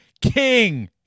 King